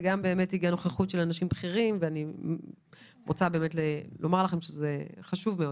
הגיעו נציגים בכירים וזה חשוב מאוד.